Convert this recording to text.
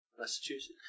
Massachusetts